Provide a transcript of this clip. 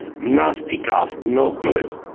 nastikoff no good,